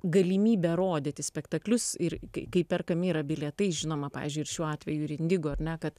galimybė rodyti spektaklius ir kai perkami bilietai žinoma pavyzdžiui šiuo atveju indigo ar ne kad